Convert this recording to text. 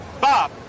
Bob